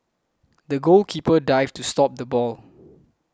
the goalkeeper dived to stop the ball